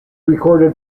recorded